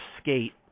skate